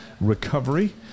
recovery